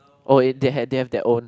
oh and that they have their own